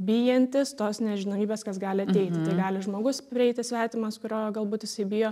bijantis tos nežinomybės kas gali ateiti tai gali žmogus prieiti svetimas kurio galbūt jisai bijo